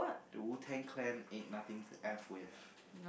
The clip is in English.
the Wu-Tang-Clan ain't nothing to F with